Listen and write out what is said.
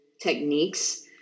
techniques